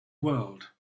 world